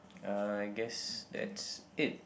uh I guess that's it